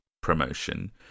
promotion